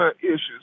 issues